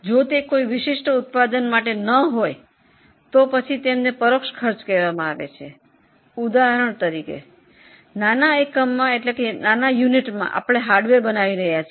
જો તે કોઈ વિશિષ્ટ ઉત્પાદન માટે ન હોય તો તેને પરોક્ષ ખર્ચ કહેવામાં આવે છે ઉદાહરણ તરીકે નાના એકમમાં આપણે હાર્ડવેર બનાવી રહ્યા છીએ